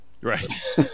right